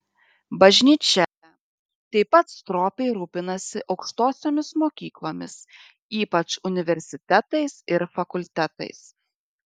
bažnyčia taip pat stropiai rūpinasi aukštosiomis mokyklomis ypač universitetais ir fakultetais